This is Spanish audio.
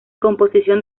composición